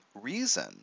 reason